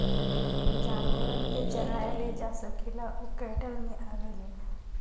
जानवरन के चराए ले जा सकेला उ कैटल मे आवेलीन